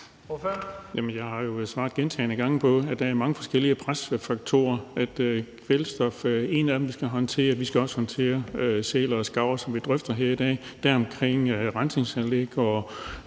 Jeg har jo svaret gentagne gange på det. Der er mange forskellige presfaktorer. Kvælstof er en af dem, vi skal håndtere. Vi skal også håndtere sæler og skarver, som vi drøfter her i dag – deromkring rensningsanlæg